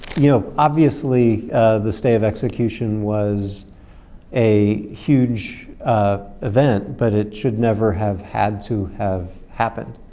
you know, obviously the stay of execution was a huge event but it should never have had to have happened.